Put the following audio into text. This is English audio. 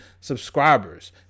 subscribers